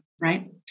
right